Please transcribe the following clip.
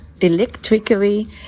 electrically